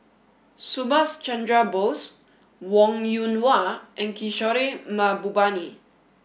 Subhas Chandra Bose Wong Yoon Wah and Kishore Mahbubani